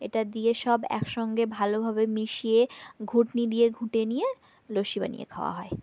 এটা দিয়ে সব একসঙ্গে ভালোভাবে মিশিয়ে ঘুটনি দিয়ে ঘুঁটে নিয়ে লস্যি বানিয়ে খাওয়া হয়